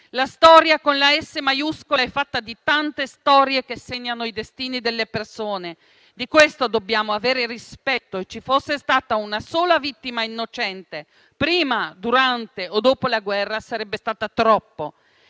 La Storia con la s maiuscola è fatta di tante storie che segnano i destini delle persone; di questo dobbiamo avere rispetto e ci fosse stata una sola vittima innocente, prima, durante o dopo la guerra, sarebbe stata troppo.